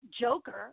Joker